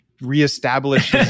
reestablish